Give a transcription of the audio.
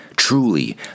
Truly